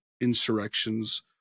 insurrections